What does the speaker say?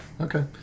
Okay